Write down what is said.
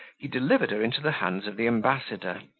he delivered her into the hands of the ambassador,